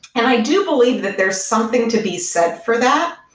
and i do believe that there's something to be said for that.